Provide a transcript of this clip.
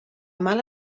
mala